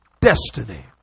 Destiny